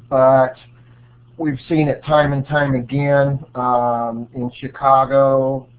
but we've seen it time and time again in chicago,